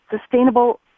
sustainable